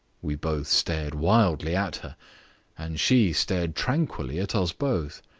we both stared wildly at her and she stared tranquilly at us both.